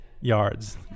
yards